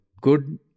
good